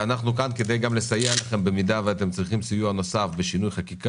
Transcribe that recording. אנחנו כאן גם כדי לסייע לכם במידה ואתם צריכים סיוע נוסף בשינוי חקיקה